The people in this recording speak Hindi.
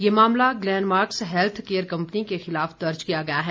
यह मामला ग्लेनमार्स हैल्थ केयर कंपनी के खिलाफ दर्ज किया गया है